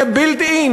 built-in,